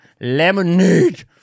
Lemonade